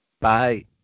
bye